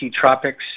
Tropics